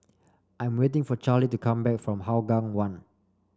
I'm waiting for Charley to come back from Hougang One